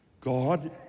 God